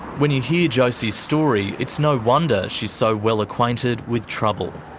when you hear josie's story, it's no wonder she's so well-acquainted with trouble.